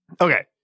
Okay